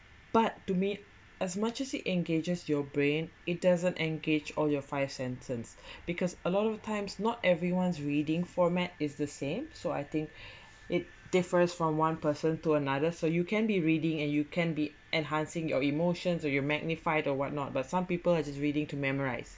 but to me as much as it engages your brain it doesn't engage all your five senses because a lot of times not everyone's reading format is the same so I think it differs from one person to another so you can be reading and you can be enhancing your emotions so you're magnified or what not but some people are just reading to memorize